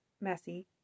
messy